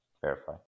verify